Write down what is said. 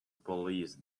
police